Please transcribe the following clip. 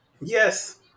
Yes